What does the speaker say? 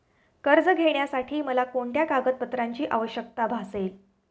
कर्ज घेण्यासाठी मला कोणत्या कागदपत्रांची आवश्यकता भासेल?